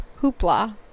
hoopla